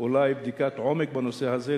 אולי בדיקת עומק בנושא הזה,